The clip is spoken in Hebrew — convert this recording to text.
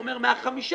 הוא אומר: "מהחמישה,